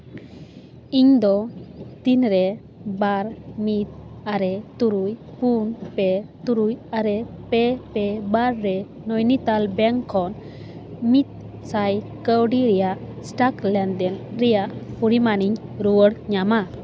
ᱤᱧᱫᱚ ᱛᱤᱱᱨᱮ ᱵᱟᱨ ᱢᱤᱫ ᱟᱨᱮ ᱛᱩᱨᱩᱭ ᱯᱩᱱ ᱯᱮ ᱛᱩᱨᱩᱭ ᱟᱨᱮ ᱯᱮ ᱯᱮ ᱵᱟᱨ ᱨᱮ ᱱᱳᱭᱱᱤᱛᱟᱞ ᱵᱮᱝᱠ ᱠᱷᱚᱱ ᱢᱤᱫ ᱥᱟᱭ ᱠᱟᱹᱣᱰᱤ ᱨᱮᱭᱟᱜ ᱥᱴᱚᱠ ᱞᱮᱱᱫᱮᱱ ᱨᱮᱭᱟᱜ ᱯᱚᱨᱤᱢᱟᱱᱤᱧ ᱨᱩᱣᱟᱹᱲ ᱧᱟᱢᱟ